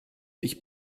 ich